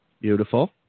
Beautiful